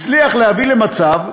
הצליח להביא למצב שירדנו,